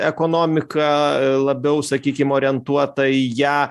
ekonomika labiau sakykim orientuota į ją